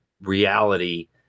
reality